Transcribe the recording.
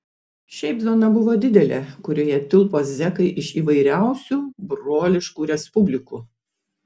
šiaip zona buvo didelė kurioje tilpo zekai iš įvairiausių broliškų respublikų